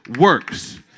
works